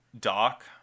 Doc